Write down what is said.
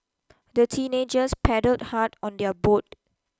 the teenagers paddled hard on their boat